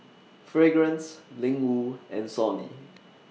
Fragrance Ling Wu and Sony